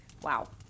Wow